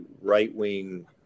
right-wing